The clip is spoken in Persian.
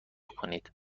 کنید